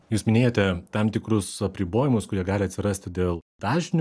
jūs minėjote tam tikrus apribojimus kurie gali atsirasti dėl dažnių